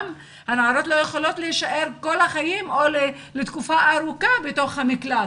גם הנערות לא יכולות להישאר כל החיים או לתקופה ארוכה בתוך המקלט.